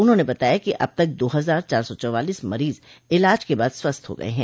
उन्होंने बताया कि अब तक दो हजार चार सो चौवालीस मरीज इलाज के बाद स्वस्थ हो गये हैं